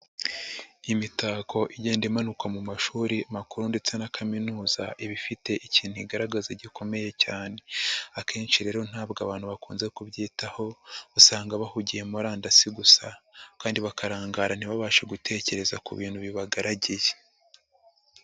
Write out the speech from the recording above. Imitako igenda imanuka mu mashuri makuru ndetse na kaminuza iba ifite ikintu igaragaza gikomeye cyane, akenshi rero ntabwo abantu bakunze kubyitaho usanga bahugiye murandasi gusa kandi bakarangara ntibabashe gutekereza ku bintu bibagaragiye.